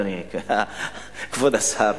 אדוני כבוד השר.